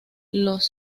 los